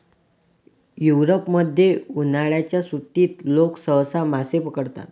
युरोपमध्ये, उन्हाळ्याच्या सुट्टीत लोक सहसा मासे पकडतात